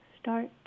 start